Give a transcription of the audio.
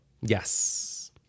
Yes